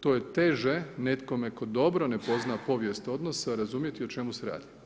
to je teže netkome tko dobro ne pozna povijest odnosa razumjeti o čemu se radi.